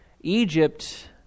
Egypt